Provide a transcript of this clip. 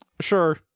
sure